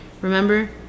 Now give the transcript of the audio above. Remember